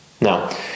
Now